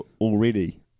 already